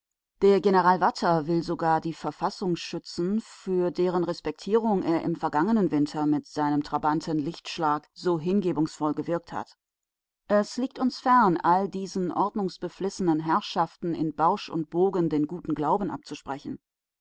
der general watter will sogar die verfassung schützen für deren respektierung er im vergangenen winter mit seinem trabanten lichtschlag so hingebungsvoll gewirkt hat es liegt uns fern all diesen ordnungsbeflissenen herrschaften in bausch und bogen den guten glauben abzusprechen